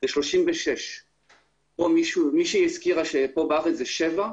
חריגה כאן הוא 36. כאן מישהו הזכירה שבארץ המספר הוא שבע.